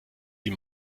sie